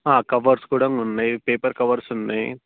covers కూడాను ఉన్నాయి paper covers ఉన్నాయి